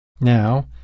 Now